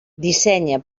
dissenya